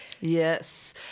Yes